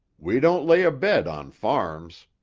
we don't lay abed on farms.